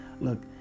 look